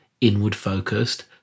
inward-focused